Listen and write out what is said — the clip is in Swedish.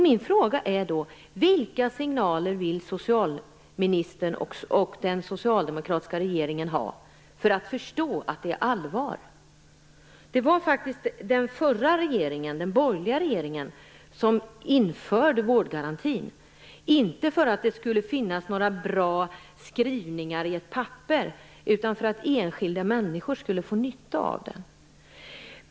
Min fråga är då: Vilka signaler vill socialministern och den socialdemokratiska regeringen ha för att de skall förstå att det är allvar? Den förra borgerliga regeringen införde faktiskt vårdgarantin, inte för att det skulle finnas några bra skrivningar på ett papper utan för att enskilda människor skulle få nytta av den.